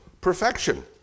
perfection